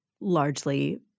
largely